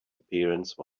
appearance